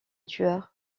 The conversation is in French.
tueur